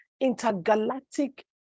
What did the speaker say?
intergalactic